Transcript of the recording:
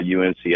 UNC